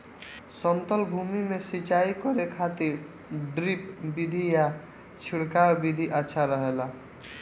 समतल भूमि में सिंचाई करे खातिर ड्रिप विधि या छिड़काव विधि अच्छा रहेला?